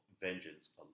Vengeance